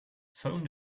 phone